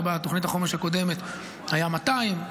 בתוכנית החומש הקודמת היו 200 מיליון שקלים.